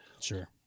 Sure